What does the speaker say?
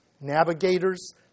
Navigators